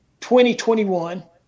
2021